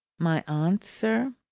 my aunt, sir!